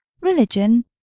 Religion